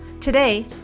Today